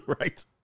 Right